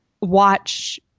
watch